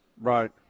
Right